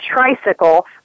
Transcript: tricycle